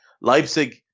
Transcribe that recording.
Leipzig